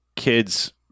Kids